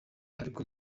ariko